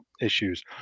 issues